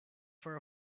for